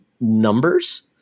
numbers